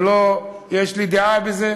יש לי דעה בזה,